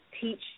teach